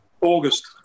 August